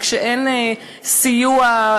וכשאין סיוע,